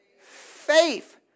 faith